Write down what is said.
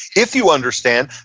if you understand,